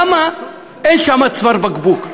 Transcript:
למה אין שם צוואר בקבוק?